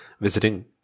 visiting